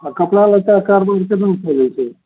आओर कपड़ा लत्ताके कारबार कोना चलै छै